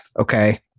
Okay